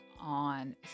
on